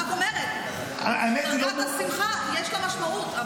רק אומרת --- השמחה יש לה משמעות.